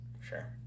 Sure